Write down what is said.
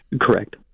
Correct